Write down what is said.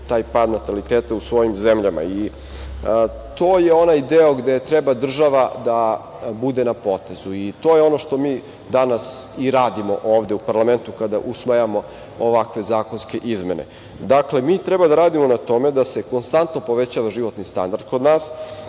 taj pad nataliteta u svojim zemljama. To je onaj deo gde treba država da bude na potezu. To je ono što mi danas i radimo ovde u parlamentu kada usvajamo ovakve zakonske izmene. Dakle, mi treba da radimo na tome da se konstantno povećava životni standard kod nas,